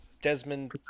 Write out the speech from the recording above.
Desmond